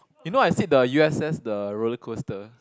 you know I sit the U_S_S the roller coaster